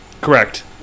Correct